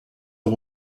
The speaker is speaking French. aux